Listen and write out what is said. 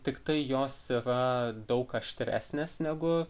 tiktai jos yra daug aštresnės negu